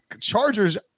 Chargers